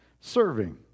Serving